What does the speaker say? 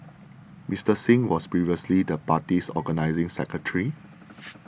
Mister Singh was previously the party's organising secretary